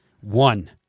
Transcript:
one